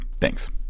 Thanks